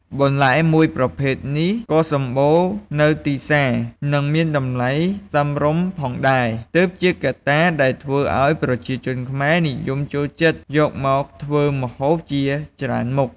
បន្លែមួយប្រភេទនេះក៏សម្បូរនៅទីផ្សារ និងមានតម្លៃសមរម្យផងដែរ ទើបជាកត្តាដែលធ្វើឱ្យប្រជាជនខ្មែរនិយមចូលចិត្តយកមកធ្វើម្ហូបជាច្រើនមុខ។